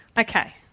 Okay